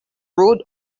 ruled